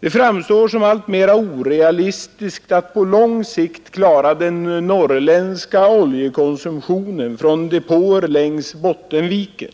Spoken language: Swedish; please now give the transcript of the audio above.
Det framstår som alltmera orealistiskt att på lång sikt klara den norrländska oljekonsumtionen från depåer längs Bottenviken.